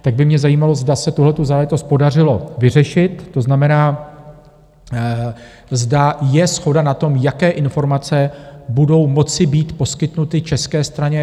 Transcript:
Tak by mě zajímalo, zda se tuhletu záležitost podařilo vyřešit, to znamená, zda je shoda na tom, jaké informace budou moci být poskytnuty české straně?